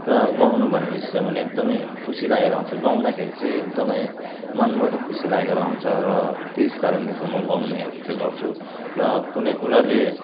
र गाउनु भनेपछि चाहिँ मलाई एकदमै खुसी लागेर आउँछ गाउँदाखेरि चाहिँ एकदमै मनबाट खुसी लागेर आउँछ र त्यस कारणले चाहिँ म गाउनेहरू चाहिँ गर्छु र कुनै कुराले